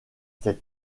cet